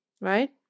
right